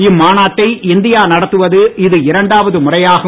இம்மாநட்டை India நடத்துவது இது இரண்டாவது முறையாகும்